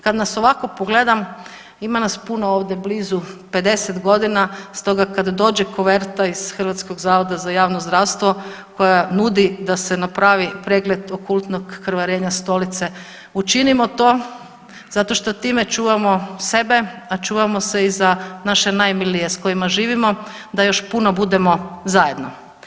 Kad nas ovako pogledam ima nas puno ovdje blizu 50 godina, stoga kad dođe koverta iz Hrvatskog zavoda za javno zdravstvo koja nudi da se napravi pregled okultnog krvarenja stolice učinimo to zato što time čuvamo sebe, a čuvamo se i za naše najmilije sa kojima živimo, da još puno budemo zajedno.